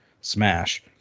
smash